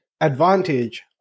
advantage